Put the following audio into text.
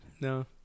No